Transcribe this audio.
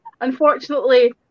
Unfortunately